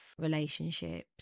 relationships